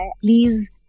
Please